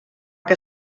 que